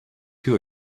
two